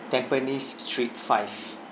tampines street five